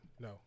no